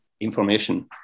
information